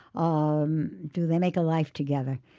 um do they make a life together?